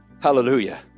hallelujah